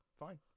fine